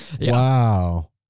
Wow